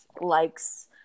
likes